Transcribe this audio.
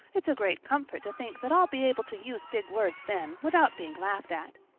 it's a great comfort to think that i'll be able to use big words then without being laughed at.